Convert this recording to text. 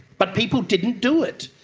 but people didn't do it.